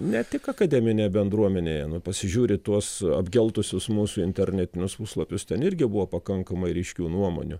ne tik akademinė bendruomenėje nu pasižiūri į tuos apgeltusius mūsų internetinius puslapius ten irgi buvo pakankamai ryškių nuomonių